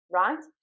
right